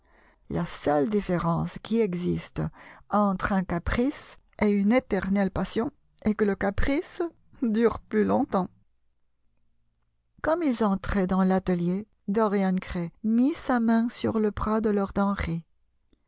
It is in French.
la seule différence qui existe entre un caprice et une éternelle passion est que le caprice dure plus longtemps comme ils entraient dans l'atelier dorian gray mit sa main sur le bras de lord